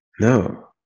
No